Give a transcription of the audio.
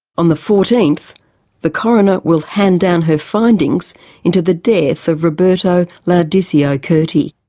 on the fourteenth the coroner will hand down her findings into the death of roberto laudisio curti.